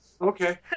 Okay